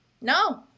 no